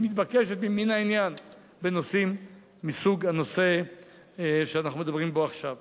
שהיא מתבקשת מן העניין בנושאים מסוג הנושא שאנחנו מדברים בו עכשיו.